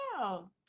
Wow